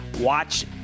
Watch